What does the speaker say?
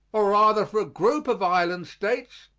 or rather for a group of island states,